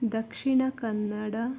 Dakshina Kannada